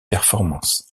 performance